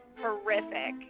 horrific